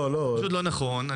זה פשוט לא נכון.